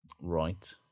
right